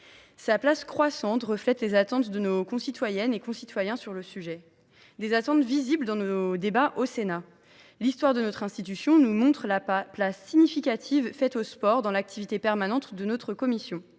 Sa place croissante reflète les attentes de nos concitoyennes et concitoyens sur le sujet, des attentes visibles au travers de nos débats au Sénat. L’histoire de notre institution montre quelle place significative est consacrée au sport dans l’activité constante de notre commission.